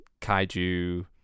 kaiju